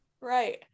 Right